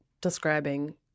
describing